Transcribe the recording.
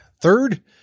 Third